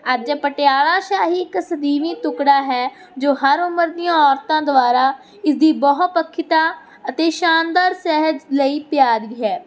ਅੱਜ ਪਟਿਆਲਾ ਸ਼ਾਹੀ ਇਕ ਸਦੀਵੀ ਟੁਕੜਾ ਹੈ ਜੋ ਹਰ ਉਮਰ ਦੀਆਂ ਔਰਤਾਂ ਦੁਆਰਾ ਇਸਦੀ ਬਹੁਪੱਖੀਤਾ ਅਤੇ ਸ਼ਾਨਦਾਰ ਸਹਿਜ ਲਈ ਪਿਆਰੀ ਹੈ